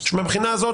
מהבחינה הזו,